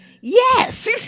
yes